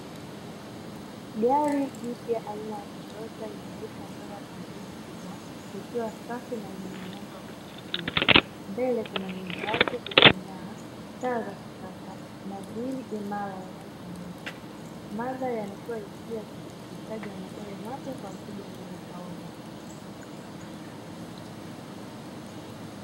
Gari jipya aina ya "TOYOTA " limeegeshwa mbele ya kontena kubwa, likiwa safi na lenye muundo wa kuvutia mbele kuna nembo yake iking`aa, taa za kisasa na grili ya rangi nyeusi mandhari yanatoa hisia za usafirishaji wa magari mapya kwa mteja aliyeweka oda.